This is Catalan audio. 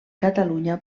catalunya